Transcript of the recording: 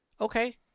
Okay